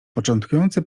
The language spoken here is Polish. początkujący